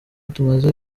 tumaze